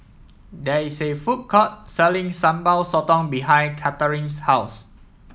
there is a food court selling Sambal Sotong behind Katharyn's house